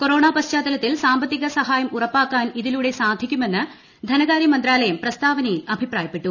corona പശ്ചാത്തലത്തിൽ സാമ്പത്തിക സഹായം ഉറപ്പാക്കാൻ ഇതിലൂടെ സാധിക്കുമെന്ന് ധനകാര്യ മന്ത്രാലയം പ്രസ്താവനയിൽ അഭിപ്രായപ്പെട്ടു